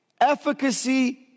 efficacy